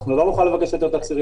אנחנו לא נוכל לבקש את התצהירים.